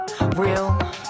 real